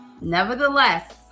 Nevertheless